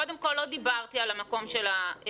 קודם כל, לא דיברתי על המקום של ההידבקות.